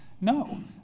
No